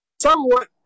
somewhat